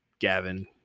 Gavin